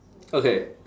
okay